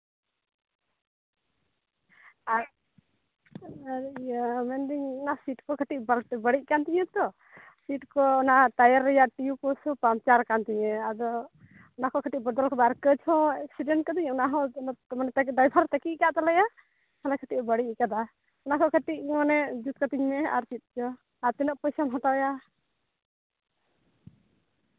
ᱟᱨ ᱢᱮᱱᱫᱟᱹᱧ ᱤᱭᱟᱹ ᱚᱱᱟ ᱥᱤᱴ ᱠᱚ ᱠᱟᱹᱴᱤᱡ ᱵᱟᱹᱲᱤᱡ ᱠᱟᱱ ᱛᱤᱧᱟᱹ ᱛᱚ ᱥᱤᱴ ᱠᱚ ᱚᱱᱟ ᱴᱟᱭᱟᱨ ᱨᱮᱱᱟᱜ ᱴᱤᱭᱩ ᱠᱚ ᱥᱚᱵᱽ ᱯᱟᱢᱪᱟᱨ ᱛᱤᱧᱟᱹ ᱟᱫᱚ ᱚᱱᱟ ᱠᱚ ᱠᱟᱹᱴᱤᱡ ᱵᱚᱫᱚᱞ ᱠᱟᱜ ᱢᱮ ᱟᱨ ᱠᱟᱺᱪ ᱦᱚᱸ ᱮᱠᱥᱤᱰᱮᱱᱴ ᱠᱟᱹᱫᱟᱹᱧ ᱚᱱᱟ ᱦᱚᱸ ᱢᱟᱱᱮ ᱰᱟᱭᱵᱷᱟᱨᱮ ᱛᱟᱹᱠᱤᱡ ᱠᱟᱜ ᱛᱟᱞᱮᱭᱟ ᱚᱱᱟ ᱠᱟᱹᱴᱤᱡᱼᱮ ᱵᱟᱹᱲᱤᱡ ᱟᱠᱟᱫᱟ ᱚᱱᱟ ᱠᱚ ᱠᱟᱹᱴᱤᱡ ᱢᱟᱱᱮ ᱡᱩᱛ ᱠᱟᱹᱛᱤᱧ ᱢᱮ ᱟᱨ ᱪᱮᱫ ᱪᱚ ᱟᱨ ᱛᱤᱱᱟᱹᱜ ᱯᱚᱭᱥᱟᱢ ᱦᱟᱛᱟᱣᱟ